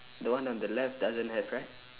the one on the left doesn't have right